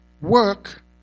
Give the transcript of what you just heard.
work